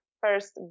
first